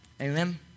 Amen